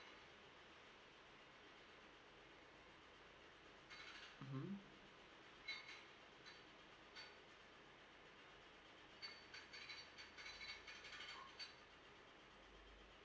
mmhmm